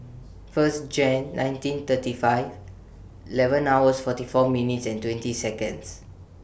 First Jan nineteen thirty five eleven hours forty four minutes and twenty Seconds